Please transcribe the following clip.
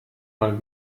man